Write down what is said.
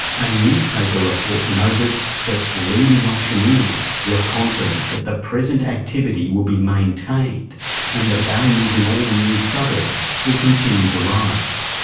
a newspaper report noted that leading auctioneers were confident that the present activity will be maintained and the values in all the new suburbs will continue to rise.